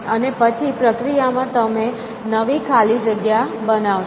અને પછી પ્રક્રિયામાં તમે નવી ખાલી જગ્યા બનાવશો